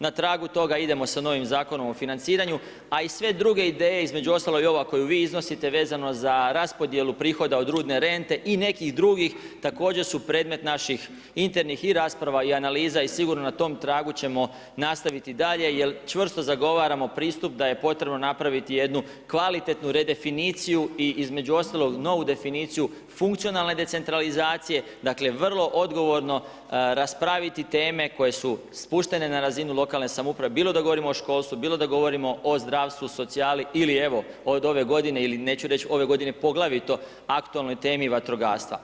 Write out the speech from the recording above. Na tragu toga idemo sa novim Zakonom o financiranju a i sve druge ideje između ostalog i ova koju vi iznosite vezano za raspodjelu prihoda od rudne rente i nekih drugih također su predmet naših internih i rasprava i analiza i sigurno na tom tragu ćemo nastaviti dalje jer čvrsto zagovaramo pristup da je potrebno napraviti jednu kvalitetnu redefiniciju i između ostalog novu definiciju funkcionalne decentralizacije, dakle vrlo odgovorno raspraviti teme koje su spuštene na razinu lokalne samouprave bilo da govorimo o školstvu, bilo da govorimo o zdravstvu, socijali ili evo od ove godine ili neću reći ove godine poglavito aktualnoj temi vatrogastva.